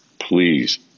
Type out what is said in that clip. Please